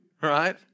right